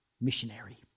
missionary